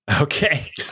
Okay